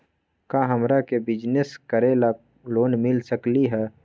का हमरा के बिजनेस करेला लोन मिल सकलई ह?